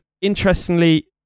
interestingly